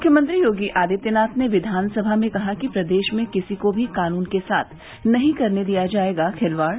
मुख्यमंत्री योगी आदित्यनाथ ने विधानसभा में कहा कि प्रदेश में किसी को भी कानून के साथ नहीं करने दिया जायेगा खिलवाड